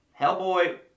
Hellboy